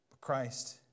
Christ